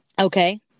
Okay